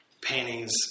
paintings